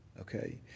okay